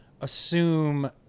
assume